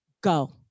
Go